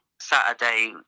Saturday